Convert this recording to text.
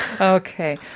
Okay